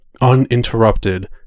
Uninterrupted